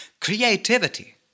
Creativity